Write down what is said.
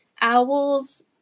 owls